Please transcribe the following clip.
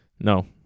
No